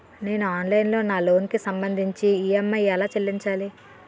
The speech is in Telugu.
నేను ఆన్లైన్ లో నా లోన్ కి సంభందించి ఈ.ఎం.ఐ ఎలా చెల్లించాలి?